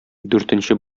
дүртенче